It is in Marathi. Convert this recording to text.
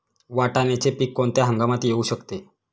वाटाण्याचे पीक कोणत्या हंगामात येऊ शकते?